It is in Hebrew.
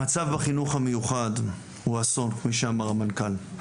המצב בחינוך המיוחד הוא אסון, כפי שאמר המנכ"ל.